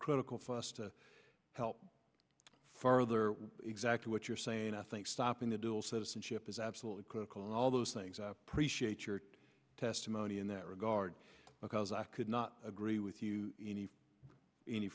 critical for us to help further exactly what you're saying and i think stopping the dual citizenship is absolutely critical and all those things i appreciate your testimony in that regard because i could not agree with you any